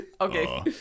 Okay